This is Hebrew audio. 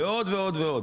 ועוד ועוד ועדו.